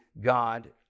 God